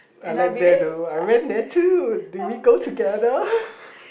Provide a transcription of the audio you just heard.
I like there though I ran there too did we go together